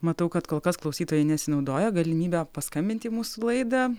matau kad kol kas klausytojai nesinaudoja galimybe paskambinti į mūsų laidą